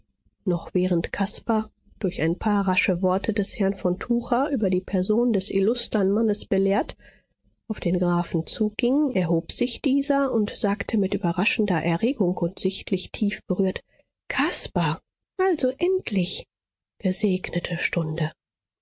noch während caspar durch ein paar rasche worte des herrn von tucher über die person des illustern mannes belehrt auf den grafen zuging erhob sich dieser und sagte mit überraschender erregung und sichtlich tiefberührt caspar also endlich gesegnete stunde